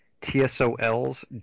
TSOL's